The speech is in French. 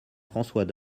françois